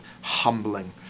humbling